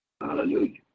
hallelujah